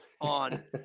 on